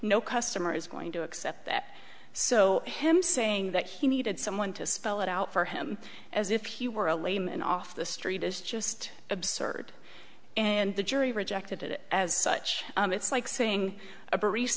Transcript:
no customer is going to accept that so him saying that he needed someone to spell it out for him as if he were a layman off the street is just absurd and the jury rejected it as such it's like saying